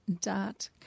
dot